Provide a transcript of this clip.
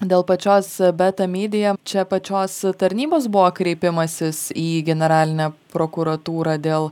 dėl pačios beta media čia pačios tarnybos buvo kreipimasis į generalinę prokuratūrą dėl